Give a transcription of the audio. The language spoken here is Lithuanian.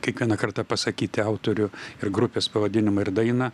kiekvieną kartą pasakyti autorių ir grupės pavadinimą ir dainą